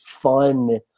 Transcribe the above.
fun